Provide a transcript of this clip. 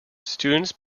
students